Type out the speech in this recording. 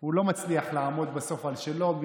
הוא לא מצליח לעמוד בסוף על שלו.